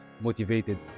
motivated